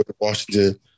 Washington